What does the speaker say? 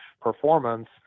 performance